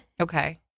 Okay